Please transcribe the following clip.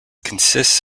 consists